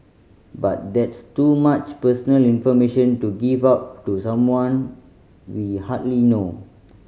but that's too much personal information to give out to someone we hardly know